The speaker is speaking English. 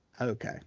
Okay